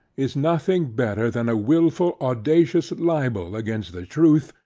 is nothing better than a wilful audacious libel against the truth,